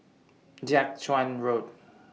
Jiak Chuan Road